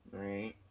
right